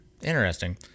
Interesting